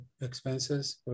expenses